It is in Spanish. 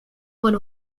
por